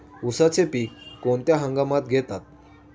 उसाचे पीक कोणत्या हंगामात घेतात?